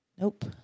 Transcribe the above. Nope